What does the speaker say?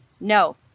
no